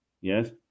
Yes